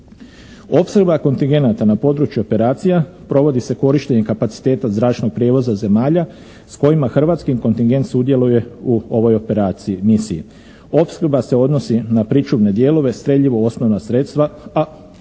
Opskrba kontingenata na području operacija provodi se korištenjem kapaciteta zračnog prijevoza zemalja s kojima hrvatski kontingent sudjeluje u ovoj operaciji, misiji. Opskrba se odnosi na pričuvne dijelove, streljiva, osnovna sredstva, a